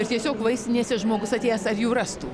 ir tiesiog vaistinėse žmogus atėjęs ar jų rastų